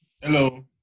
Hello